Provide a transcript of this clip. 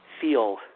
feel